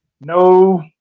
No